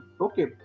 Okay